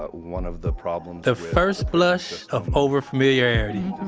ah one of the problems, the first blush of overfamiliarity.